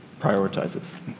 prioritizes